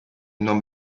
non